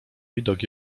widok